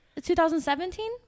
2017